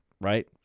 right